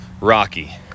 rocky